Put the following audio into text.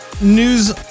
news